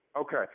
Okay